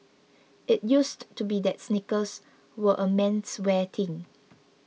it used to be that sneakers were a menswear thing